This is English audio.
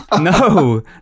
no